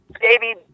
Baby